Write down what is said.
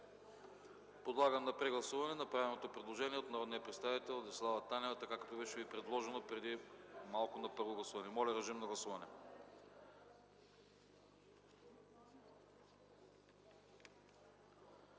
Подлагам на прегласуване направеното предложение от народния представител Десислава Танева, така както ви беше предложено преди малко на първо гласуване. Гласували